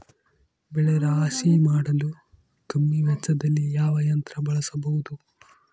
ಬೆಳೆ ರಾಶಿ ಮಾಡಲು ಕಮ್ಮಿ ವೆಚ್ಚದಲ್ಲಿ ಯಾವ ಯಂತ್ರ ಬಳಸಬಹುದು?